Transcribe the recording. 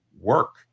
work